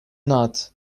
not